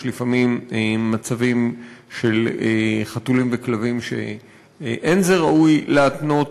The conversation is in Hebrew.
לפעמים יש מצבים של חתולים וכלבים שאין זה ראוי להתנות